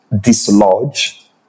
dislodge